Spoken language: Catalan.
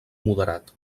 moderat